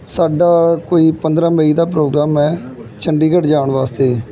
ਸਾਡਾ ਕੋਈ ਪੰਦਰਾਂ ਮਈ ਦਾ ਪ੍ਰੋਗਰਾਮ ਹੈ ਚੰਡੀਗੜ੍ਹ ਜਾਣ ਵਾਸਤੇ